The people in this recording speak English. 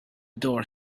door